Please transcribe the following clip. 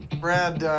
brad,